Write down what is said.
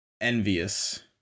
Envious